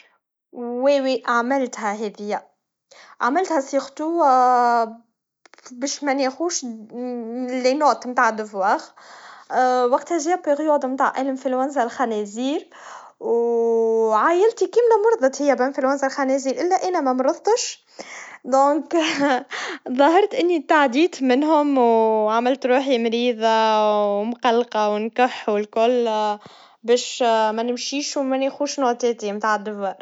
أيوة، مرات كنت نعمل هالشيء لما ما نحبش نروح المدرسة. كنا نحب نتهرب من الدروس، ونقول لوالدي إني مريض. لكن كنت نعرف إنه ما ينجمش يدوم، لأنهم يحسوا بالأمر.